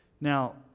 Now